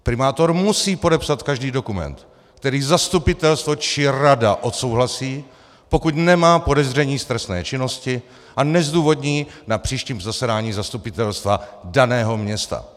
Primátor musí podepsat každý dokument, který zastupitelstvo či rada odsouhlasí, pokud nemá podezření z trestné činnosti a nezdůvodní na příštím zasedání zastupitelstva daného města.